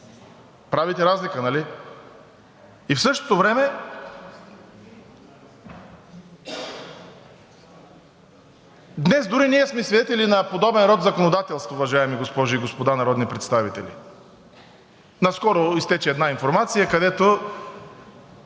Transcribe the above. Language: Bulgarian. Правите разлика, нали? И в същото време днес дори ние сме свидетели на подобен род законодателство, уважаеми госпожи и господа народни представители. Наскоро изтече една информация, където